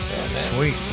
sweet